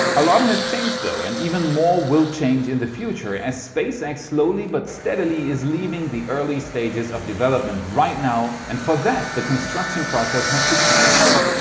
a lot has changed though and even more will change in the future, as spacex and slowly but steadily is leaving the earliest stages of development right now and for that the construction process has to change too.